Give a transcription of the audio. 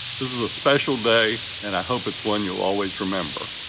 this is a special day and i hope it's one you'll always remember.